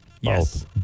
Yes